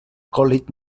còlit